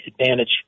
advantage